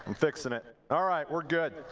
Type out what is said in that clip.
fixing it. all right. we're good.